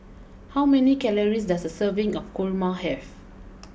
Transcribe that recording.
how many calories does a serving of Kurma have